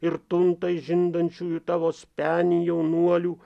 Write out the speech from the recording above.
ir tuntai žindančiųjų tavo spenį jaunuolių